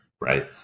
right